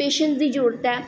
patience दी जरूरत ऐ